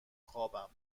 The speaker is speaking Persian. خوابم